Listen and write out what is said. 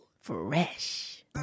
Fresh